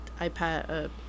iPad